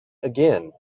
again